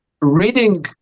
reading